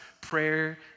prayer